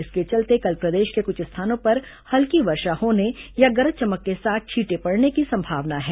इसके चलते कल प्रदेश के कुछ स्थानों पर हल्की वर्षा होने या गरज चमक के साथ छीटें पड़ने की संभावना है